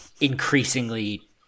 increasingly